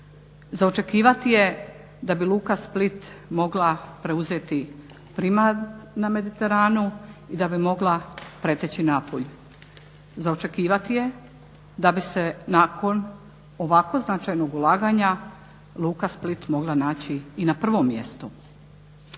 za očekivati je da bi Luka Split mogla preuzeti … na Mediteranu i da bi mogla preteći Napulj. Za očekivati je da bi se nakon ovako značajnog ulaganja Luka Split mogla naći i na prvom mjestu.